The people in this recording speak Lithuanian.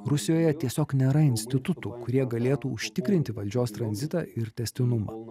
rusijoje tiesiog nėra institutų kurie galėtų užtikrinti valdžios tranzitą ir tęstinumą